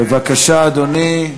בבקשה, אדוני.